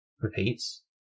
repeats